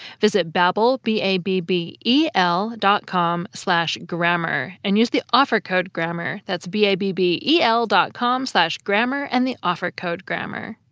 visit babbel, b a b b e l, dot com slash grammar and use the offer code grammar. that's b a b b e l, dot com slash grammar and use the offer code grammar.